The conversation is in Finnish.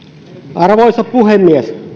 arvoisa puhemies